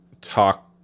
talk